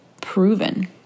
proven